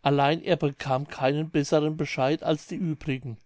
allein er bekam keinen besseren bescheid als die uebrigen